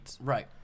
right